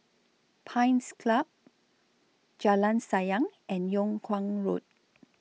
Pines Club Jalan Sayang and Yung Kuang Road